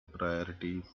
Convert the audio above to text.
priority